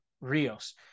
Rios